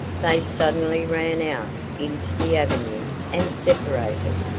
they suddenly ran out into the avenue and separated,